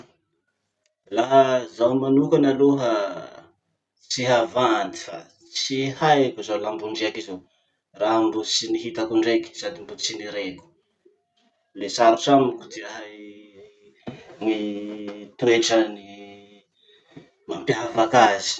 Laha zaho manokana aloha tsy havandy fa tsy haiko zao lambondriaky zao. Raha mbo tsy nihitako indraiky no sady mbo tsy nireko. Le sarotsy amiko ty hahay gny toetrany mampiavaky azy.